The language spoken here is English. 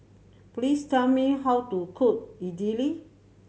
please tell me how to cook Idili